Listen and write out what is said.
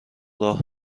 راه